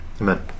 Amen